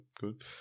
good